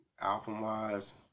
album-wise